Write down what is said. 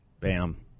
Bam